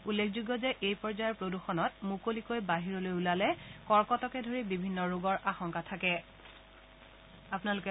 উল্লেখযোগ্য যে এই পৰ্যায়ৰ প্ৰদূষণত মুকলিকৈ বাহিৰলৈ ওলালে কৰ্কটকে ধৰি বিভিন্ন ৰোগৰ আশংকা থাকে